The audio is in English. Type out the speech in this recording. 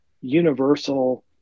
universal